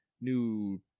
new